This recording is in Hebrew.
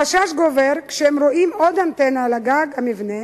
החשש גובר כשהם רואים עוד אנטנה על גג המבנה,